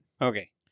Okay